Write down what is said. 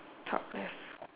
top left